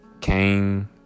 Cain